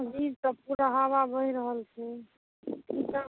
एकदिस सॅं पूरा हवा बहि रहल छै